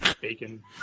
Bacon